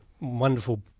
wonderful